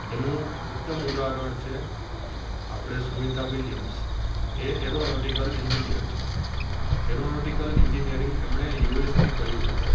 એનું ઉત્તમ ઉદાહરણ છે આપણે સુનિતા વિલિયમ્સ એ એરોનોટિકલ એન્જીનીયર છે એરોનોટિકલ એન્જીનીયર એમણે યુએસથી કર્યું હતું